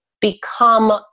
become